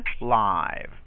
live